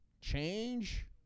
change